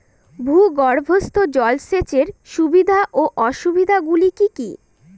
ভূগর্ভস্থ জল সেচের সুবিধা ও অসুবিধা গুলি কি কি?